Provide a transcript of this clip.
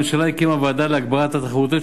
הממשלה הקימה ועדה להגברת התחרותיות,